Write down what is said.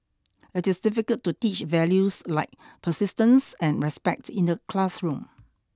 it is difficult to teach values like persistence and respect in the classroom